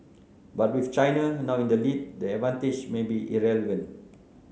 but with China now in the lead the advantage may be irrelevant